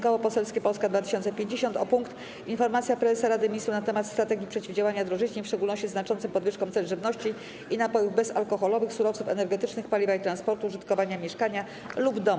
Koło Poselskie Polska 2050 o punkt: Informacja Prezesa Rady Ministrów na temat strategii przeciwdziałania drożyźnie, w szczególności znaczącym podwyżkom cen żywności i napojów bezalkoholowych, surowców energetycznych, paliwa i transportu, użytkowania mieszkania lub domu.